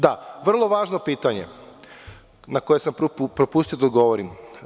Da, vrlo važno pitanje na koje sam propustio da odgovorim.